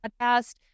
podcast